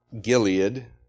Gilead